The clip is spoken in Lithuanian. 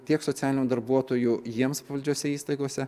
tiek socialinių darbuotojų jiems pavaldžiose įstaigose